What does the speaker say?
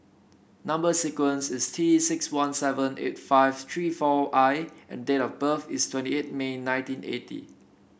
number sequence is T six one seven eight five three four I and date of birth is twenty eight May nineteen eighty